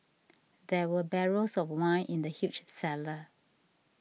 there were barrels of wine in the huge cellar